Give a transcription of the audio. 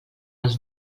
els